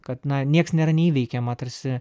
kad nieks nėra neįveikiama tarsi